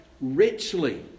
richly